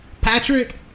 Patrick